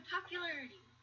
Popularity